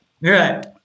Right